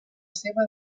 seva